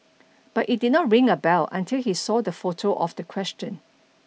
but it did not ring a bell until he saw the photo of the question